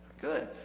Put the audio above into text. Good